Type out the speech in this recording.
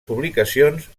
publicacions